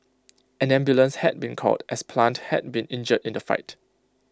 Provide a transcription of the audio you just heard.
an ambulance had been called as plant had been injured in the fight